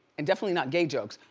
and definitely not gay jokes.